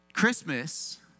Christmas